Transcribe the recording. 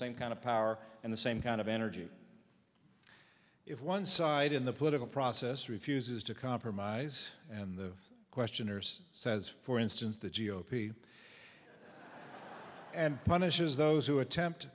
same kind of power and the same kind of energy if one side in the political process refuses to compromise and the questioners says for instance the g o p and punishes those who attempt